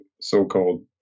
so-called